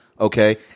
okay